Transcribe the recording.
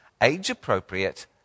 age-appropriate